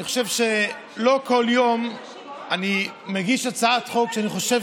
אני חושב שלא כל יום אני מגיש הצעת חוק שאני חושב